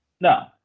No